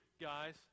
guys